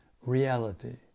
reality